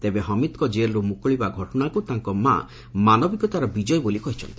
ତେବେ ହମିଦଙ୍କ ଜେଲରୁ ମୁକୁଳିବା ଘଟଣାକୁ ତାଙ୍କ ମା' ମାନବିକତାର ବିଜୟ ବୋଲି କହିଛନ୍ତି